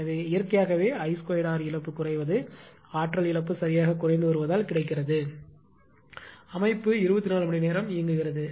எனவே இயற்கையாகவே I2r இழப்பு குறைவது ஆற்றல் இழப்பு சரியாகக் குறைந்து வருவதால் கிடைக்கிறது அமைப்பு 24 மணி நேரம் இயங்குகிறது